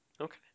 Okay